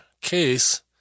case